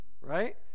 Right